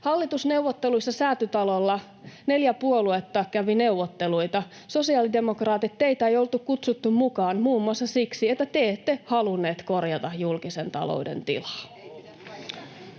Hallitusneuvotteluissa Säätytalolla neljä puoluetta kävi neuvotteluita. Sosiaalidemokraatit, teitä ei oltu kutsuttu mukaan muun muassa siksi, että te ette halunneet korjata julkisen talouden tilaa.